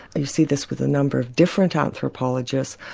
you see this with a number of different anthropologists,